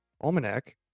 almanac